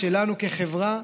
שלנו כחברה,